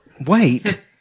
Wait